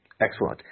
excellent